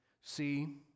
See